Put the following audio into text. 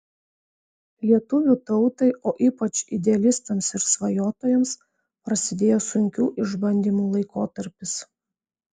lietuvių tautai o ypač idealistams ir svajotojams prasidėjo sunkių išbandymų laikotarpis